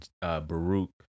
Baruch